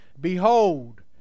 Behold